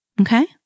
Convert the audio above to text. Okay